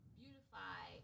beautify